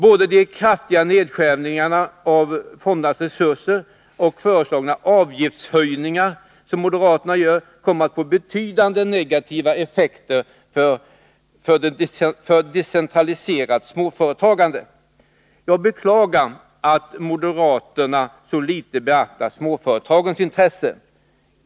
Både de kraftiga nedskärningarna av fondernas resurser och de avgiftshöjningar som moderaterna föreslår kommer att få betydande negativa effekter för ett decentraliserat småföretagande. Jag beklagar att moderaterna så litet beaktar småföretagens intresse.